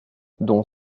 dont